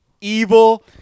evil